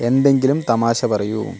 എന്തെങ്കിലും തമാശ പറയൂ